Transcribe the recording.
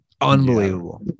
Unbelievable